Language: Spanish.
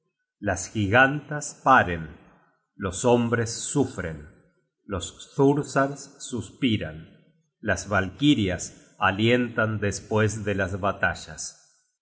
las gigantas paren los hombres sufren los thursars suspiran las valkirias alientan despues de las batallas